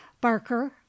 Barker